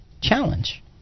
challenge